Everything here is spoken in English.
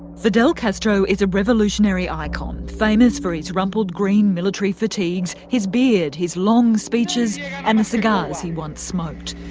fidel castro is a revolutionary icon, famous for his rumpled green military fatigues, his beard, his long speeches and the cigars he once smoked.